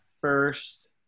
first